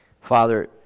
Father